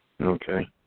Okay